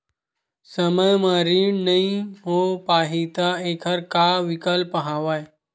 समय म ऋण नइ हो पाहि त एखर का विकल्प हवय?